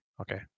Okay